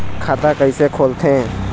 खाता कइसे खोलथें?